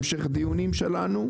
שני אנחנו מקיימים את המשך הדיונים שלנו,